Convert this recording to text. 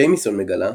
ג'יימיסון מגלה,